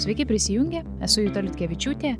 sveiki prisijungę esu juta liutkevičiūtė